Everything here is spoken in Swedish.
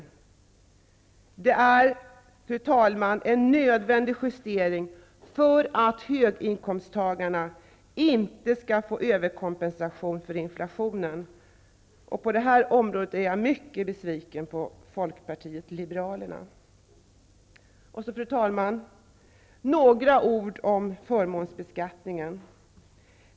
Det är, fru talman, en nödvändig justering för att höginkomsttagarna inte skall få överkompensation för inflationen. På detta område är jag mycket besviken på Folkpartiet liberalerna. Fru talman! Några ord om förmånsbeskattningen.